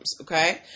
okay